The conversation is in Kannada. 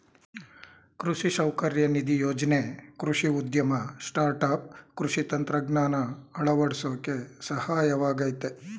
ಕೃಷಿ ಸೌಕರ್ಯ ನಿಧಿ ಯೋಜ್ನೆ ಕೃಷಿ ಉದ್ಯಮ ಸ್ಟಾರ್ಟ್ಆಪ್ ಕೃಷಿ ತಂತ್ರಜ್ಞಾನ ಅಳವಡ್ಸೋಕೆ ಸಹಾಯವಾಗಯ್ತೆ